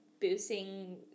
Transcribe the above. boosting